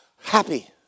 Happy